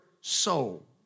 soul